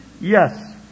yes